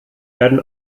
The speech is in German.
werden